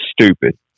stupid